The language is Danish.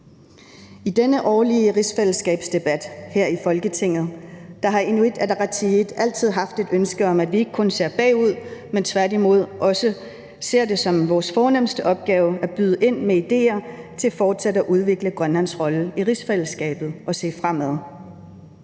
I denne årlige rigsfællesskabsdebat her i Folketinget har Inuit Ataqatigiit altid haft et ønske om, at vi ikke kun ser bagud, men at vi tværtimod ser det som vores fornemste opgave også at byde ind med idéer til fortsat at udvikle Grønlands rolle i rigsfællesskabet og se fremad.